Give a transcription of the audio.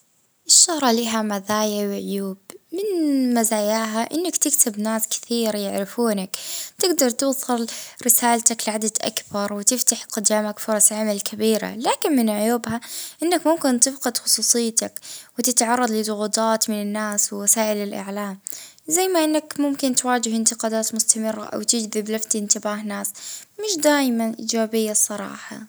اه مميزات الشهرة اه الناس يعرفوك وين ما تمشي وتلجى تقدير كبير وتفتح لك اه هلبا أبواب وفرص سواء في الخدمة ولا في الحياة اليومية، اه تنجم توصل اه توصل صوتك للملايين وتأثر فيهم إيجابيا، عيوبها الخصوصية تولي معدومة والناس تحب تعرف كل حاجة عليك اه تلجى روحك ديما تحت ضغط باش ترضي جمهورك، الإنتقاد والإشارات اللي تجدر يعني تحطم من معنوياتك.